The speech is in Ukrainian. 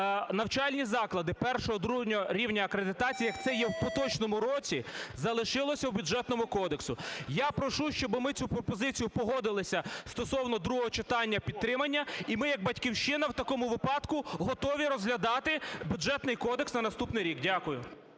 навчальні заклади І-ІІ рівня акредитації, як це є в поточному році, залишилася у Бюджетному кодексі. Я прошу, щоб ми цю пропозицію погодилися стосовно другого читання підтримання і ми як "Батьківщина" в такому випадку готові розглядати Бюджетний кодекс на наступний рік. Дякую.